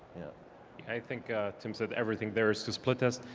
i think tim said everything there is to split test,